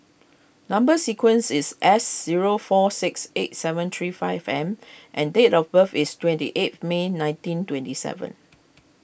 Number Sequence is S zero four six eight seven three five M and date of birth is twenty eighth May nineteen twenty seven